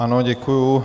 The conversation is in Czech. Ano, děkuji.